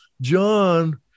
John